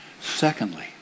Secondly